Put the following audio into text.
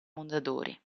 mondadori